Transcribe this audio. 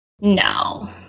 No